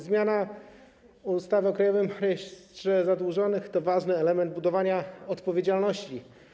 Zmiana ustawy o Krajowym Rejestrze Zadłużonych to ważny element budowania odpowiedzialności.